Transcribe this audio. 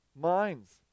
minds